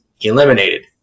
eliminated